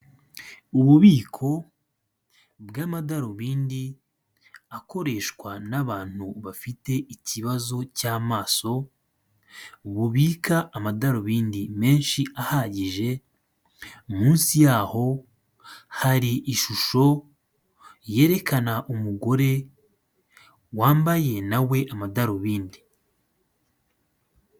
Ububiko bw'amadarubindi akoreshwa n'abantu bafite ikibazo cy'amaso bubika amadarubindi menshi ahagije munsi yaho hari ishusho yerekana umugore wambaye nawe amadarubindi.